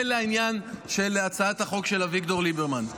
זה לעניין של הצעת החוק של אביגדור ליברמן.